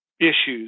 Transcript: issues